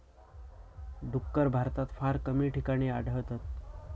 डुक्कर भारतात फार कमी ठिकाणी आढळतत